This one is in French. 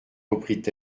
reprit